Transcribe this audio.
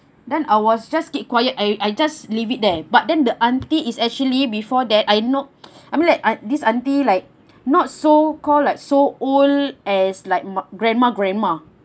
then I was just keep quiet I I just leave it there but then the auntie is actually before that I know I mean like this auntie like not so call like so old as like my grandma grandma